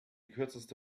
kürzeste